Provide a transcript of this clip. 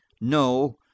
No